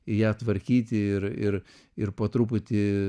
ją tvarkyti ir ir ir po truputį